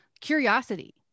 curiosity